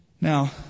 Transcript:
Now